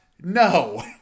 No